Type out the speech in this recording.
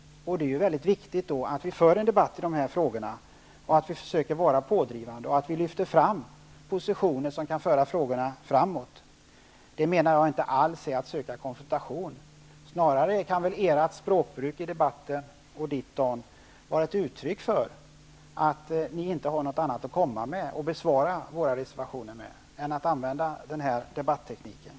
Det är då mycket viktigt att vi för en debatt i dessa frågor, att vi försöker vara pådrivande och att vi lyfter fram positioner som kan föra frågorna framåt. Jag menar att detta inte alls är att söka konfrontation. Snarare kan väl ert språkbruk i debatten, genom att använda denna debatteknik, vara ett uttryck för att ni inte har något annat att komma med för att avslå våra reservationer.